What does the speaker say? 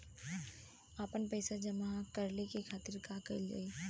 आपन पइसा जमा करे के खातिर का कइल जाइ?